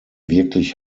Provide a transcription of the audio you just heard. wirklich